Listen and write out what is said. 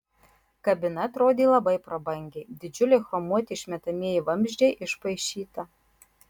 kabina atrodė labai prabangiai didžiuliai chromuoti išmetamieji vamzdžiai išpaišyta